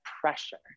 pressure